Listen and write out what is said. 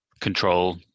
control